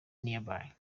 nearby